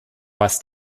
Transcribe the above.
was